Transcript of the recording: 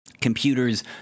computers